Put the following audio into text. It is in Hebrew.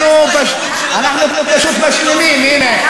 אנחנו פשוט משלימים, הנה.